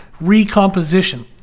recomposition